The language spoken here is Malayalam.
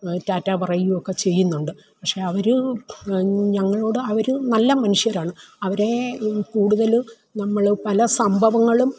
ടാറ്റാ പറയുകയുമൊക്കെ ചെയ്യുന്നുണ്ട് പക്ഷെ അവര് ഞങ്ങളോട് അവര് നല്ല മനുഷ്യരാണ് അവരേ കൂടുതലും നമ്മള് പല സംഭവങ്ങളും